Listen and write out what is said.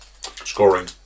scoring